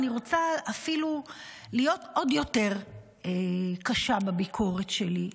אני רוצה אפילו להיות עוד יותר קשה בביקורת שלי,